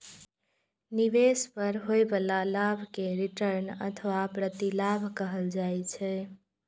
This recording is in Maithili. निवेश पर होइ बला लाभ कें रिटर्न अथवा प्रतिलाभ कहल जाइ छै